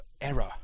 error